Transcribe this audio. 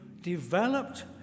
developed